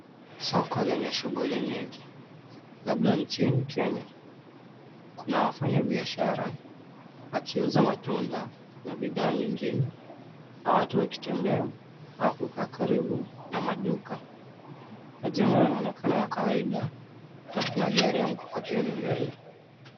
Soko lenye shughuli nyingi, labda nchini Kenya. Kuna wafanyabiashara wakiuza matunda na bidhaa nyingine na watu wakitembea au kukaa karibu na maduka. Majengo yanaonekana ya kawaida na kuna gari ya mkokoteni mbele.